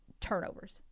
turnovers